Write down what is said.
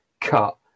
cut